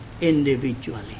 individually